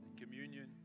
Communion